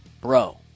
Bro